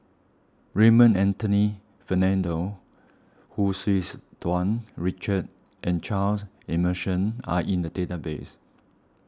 Raymond Anthony Fernando Hu Tsu's Tau Richard and Charles Emmerson are in the database